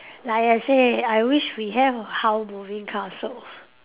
like I say I wish we have a Howl moving castle